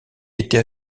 était